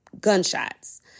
gunshots